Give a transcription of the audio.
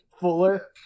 Fuller